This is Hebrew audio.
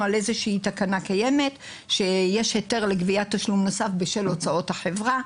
על איזושהי תקנה קיימת שיש היתר לגביית תשלום נוסף בשל הוצאות החברה.